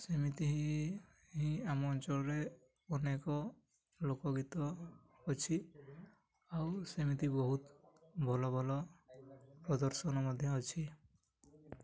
ସେମିତି ହିଁ ହିଁ ଆମ ଅଞ୍ଚଳରେ ଅନେକ ଲୋକ ଗୀତ ଅଛି ଆଉ ସେମିତି ବହୁତ ଭଲ ଭଲ ପ୍ରଦର୍ଶନ ମଧ୍ୟ ଅଛି